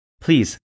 please